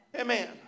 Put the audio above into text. Amen